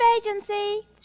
Agency